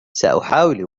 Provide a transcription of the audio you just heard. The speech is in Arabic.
سأحاول